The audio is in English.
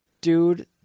Dude